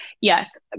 Yes